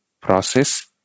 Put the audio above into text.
process